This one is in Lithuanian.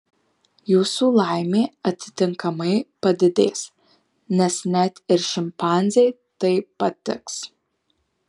jūsų laimė atitinkamai padidės nes net ir šimpanzei tai patiks